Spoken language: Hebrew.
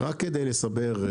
רק כדי לסבר את האוזן,